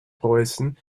preußen